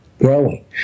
growing